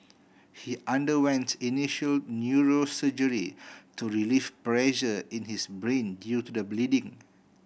he underwent initial neurosurgery to relieve pressure in his brain due to the bleeding